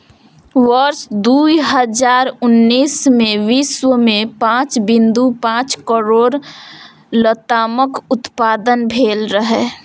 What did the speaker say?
वर्ष दू हजार उन्नैस मे विश्व मे पांच बिंदु पांच करोड़ लतामक उत्पादन भेल रहै